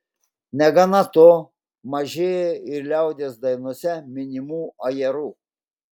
negana to mažėja ir liaudies dainose minimų ajerų